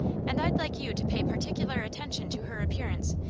and i'd like you to pay particular attention to her appearance,